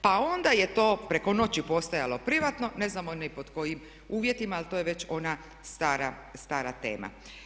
Pa onda je to preko noći postajalo privatno ne znamo ni pod kojim uvjetima, ali to je već ona stara tema.